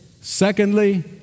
Secondly